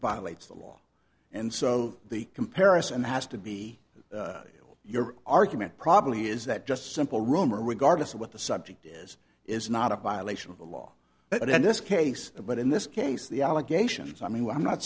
violates the law and so the comparison has to be your argument probably is that just simple rumor regardless of what the subject is is not a violation of the law but in this case but in this case the allegations i mean i'm not